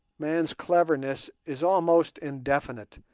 man's cleverness is almost indefinite,